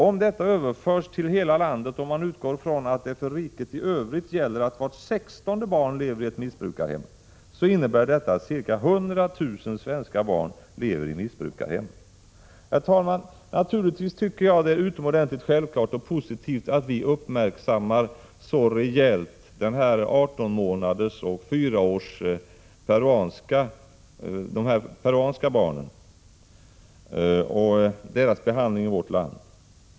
Om detta överförs till hela landet och man utgår från att det för riket i övrigt gäller att vart sextonde barn lever i ett missbrukarhem, så innebär detta att ca 100 000 svenska barn lever i missbrukarhem. Herr talman! Naturligtvis tycker jag det är självklart och utomordentligt positivt att vi är uppmärksamma på hur 18 månaders och 4 års peruanska flyktingbarn behandlas i vårt land.